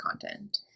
content